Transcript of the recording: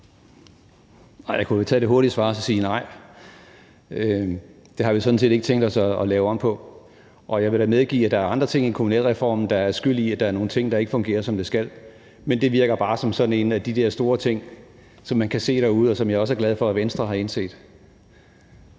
Jeg kunne jo tage det hurtige svar og sige nej. Det har vi sådan set ikke tænkt os at lave om på. Jeg vil da medgive, at der er andre ting end kommunalreformen, der er skyld i, at der er nogle ting, der ikke fungerer, som de skal. Men det virker bare som sådan en af de der store ting, som man kan se derude, og det er jeg også glad for at Venstre har indset.